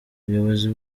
ubuyobozi